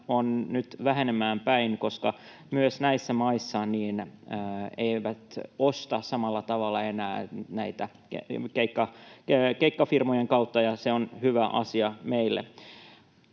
on nyt vähenemään päin, koska myöskään näissä maissa ei osteta samalla tavalla enää keikkafirmojen kautta, ja se on hyvä asia meille.